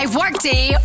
workday